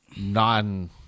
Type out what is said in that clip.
non